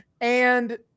And-